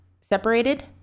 separated